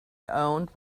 owned